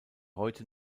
heute